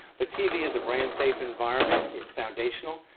but tv is a brand-safe environment. it's foundational.